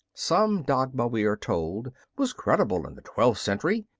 some dogma, we are told, was credible in the twelfth century,